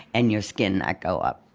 and your skin ah go up